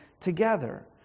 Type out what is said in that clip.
together